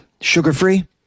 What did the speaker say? sugar-free